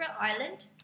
Island